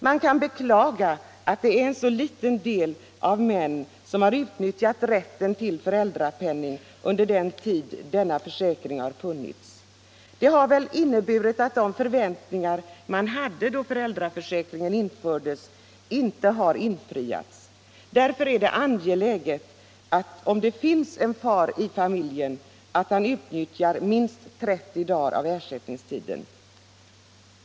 Man kan beklaga att så få män har utnyttjat rätten till föräldrapenning under den tid föräldraförsäkringen har funnits. Det har inneburit att de förväntningar man hade då försäkringen infördes inte har infriats. Därför är det angeläget, om det finns en far i familjen, att han utnyttjar minst trettio dagar av ersättningstiden.